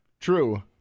True